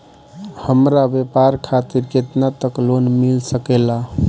हमरा व्यापार खातिर केतना तक लोन मिल सकेला?